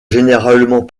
généralement